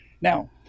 Now